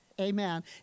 Amen